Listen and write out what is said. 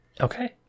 Okay